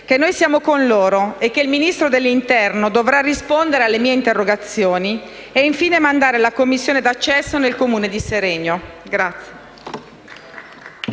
che noi siamo con loro e che il Ministro dell'interno dovrà rispondere alle mie interrogazioni ed infine mandare la commissione d'accesso nel Comune di Seregno.